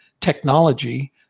technology